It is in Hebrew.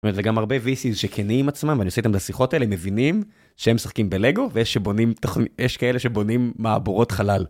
וגם הרבה VCs שכנים עצמם ואני עושה איתם את השיחות האלה, הם מבינים שהם משחקים בלגו, ויש כאלה שבונים מעבורות חלל.